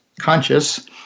conscious